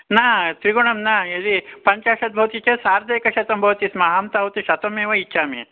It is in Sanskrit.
न त्रिगुणं न यदि पञ्चाशत् भवति चेत् सार्धम् एकशतं भवति स्म अहं तावत् शतमेव इच्छामि